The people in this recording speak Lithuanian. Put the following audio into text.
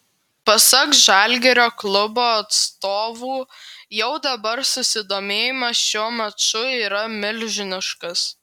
pasak žalgirio klubo atstovų jau dabar susidomėjimas šiuo maču yra milžiniškas